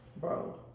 Bro